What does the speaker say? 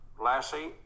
lassie